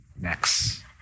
Next